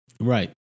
Right